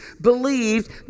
believed